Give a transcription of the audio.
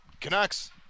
Canucks